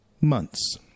months